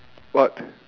what